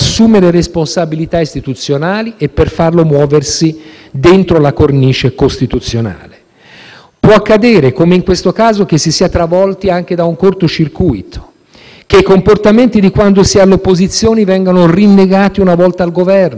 Può accadere, come in questo caso, che si sia travolti anche da un corto circuito; che comportamenti di quando si è all'opposizione vengano rinnegati una volta al Governo; che l'onorevole Di Maio debba esibirsi in acrobazie da funambolo. Certo che può accadere.